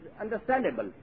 understandable